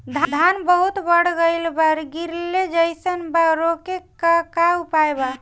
धान बहुत बढ़ गईल बा गिरले जईसन बा रोके क का उपाय बा?